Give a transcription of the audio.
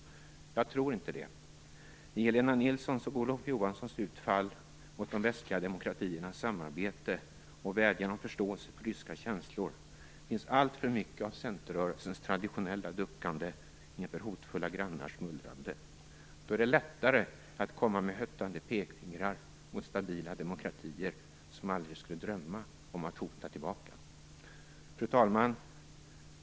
Jag tror inte att det är så. I Helena Nilssons och Olof Johanssons utfall mot de västliga demokratiernas samarbete och vädjan om förståelse för ryska känslor finns alltför mycket av centerrörelsens traditionella duckande inför hotfulla grannars mullrande. Då är det lättare att komma med höttande pekfingrar mot stabila demokratier, som aldrig skulle drömma om att hota tillbaka. Fru talman!